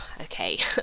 Okay